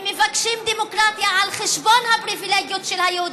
הם מבקשים דמוקרטיה על חשבון הפריבילגיות של היהודים.